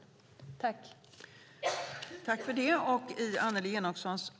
I detta anförande instämde Lotta Finstorp, Edward Riedl och Eliza Roszkowska Öberg samt Anders Åkesson .